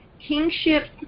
kingship